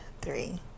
three